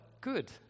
good